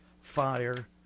fire